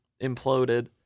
imploded